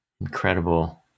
incredible